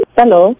Hello